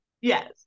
yes